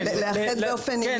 לאחד באופן ענייני בין סוגי הגופים.